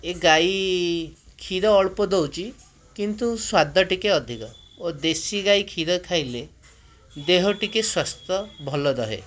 ଏ ଗାଈ କ୍ଷୀର ଅଳ୍ପ ଦଉଛି କିନ୍ତୁ ସ୍ବାଦ ଟିକିଏ ଅଧିକ ଓ ଦେଶୀ ଗାଈ କ୍ଷୀର ଖାଇଲେ ଦେହ ଟିକିଏ ସ୍ଵାସ୍ଥ ଭଲ ରହେ